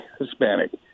Hispanic